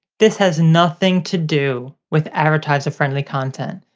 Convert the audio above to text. this has nothing to do with advertiser friendly content,